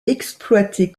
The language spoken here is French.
exploité